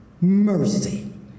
mercy